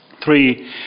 Three